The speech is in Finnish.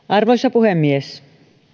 arvoisa puhemies